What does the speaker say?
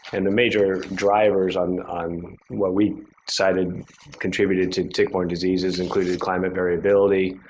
and the major drivers on on what we cited contributed to tick-borne diseases included climate variability,